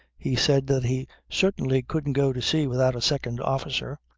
he said that he certainly couldn't go to sea without a second officer.